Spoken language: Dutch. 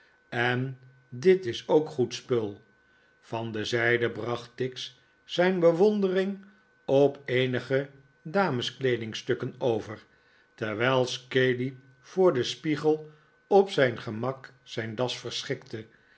en dit is ook goed spul van de zijde bracht tix zijn bewondering op eenige dames kleedingstukken over terwijl scaley voor den spiegel op zijn gemak zijn das verschikte